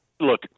Look